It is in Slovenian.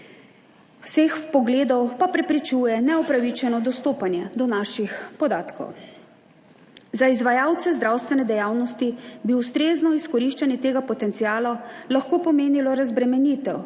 vseh vpogledov pa preprečuje neupravičeno dostopanje do naših podatkov. Za izvajalce zdravstvene dejavnosti bi ustrezno izkoriščanje tega potenciala lahko pomenilo razbremenitev